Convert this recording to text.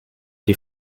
die